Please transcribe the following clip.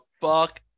Fuck